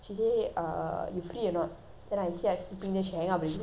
then I say I sleeping then she hang up already then that's it lah she never call anything after that